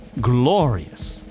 Glorious